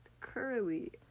curly